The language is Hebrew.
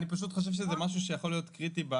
אני פשוט חושב שזה משהו שיכול להיות קריטי,